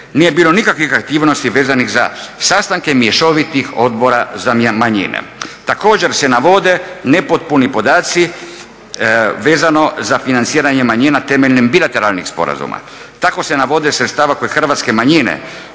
nije bilo nikakvih aktivnosti vezanih za sastanke mješovitih odbora za manjine. Također se navode nepotpuni podaci vezano za financiranje manjina temeljem bilateralnih sporazuma. Tako se navode sredstva koje hrvatske manjine